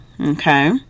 Okay